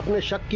disha,